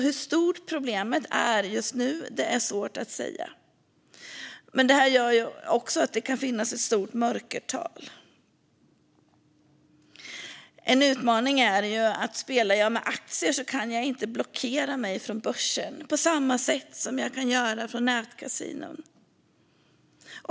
Hur stort problemet är just nu är därför svårt att säga, och det gör att det kan finnas ett stort mörkertal. En utmaning är att de som spelar med aktier inte kan blockera sig från börsen på samma sätt som man kan göra från nätkasinon.